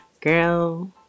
girl